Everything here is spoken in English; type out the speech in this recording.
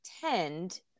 tend